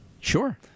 Sure